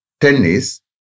tennis